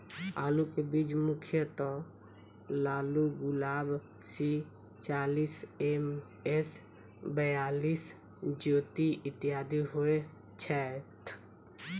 आलु केँ बीज मुख्यतः लालगुलाब, सी चालीस, एम.एस बयालिस, ज्योति, इत्यादि होए छैथ?